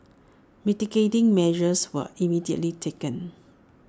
mitigating measures were immediately taken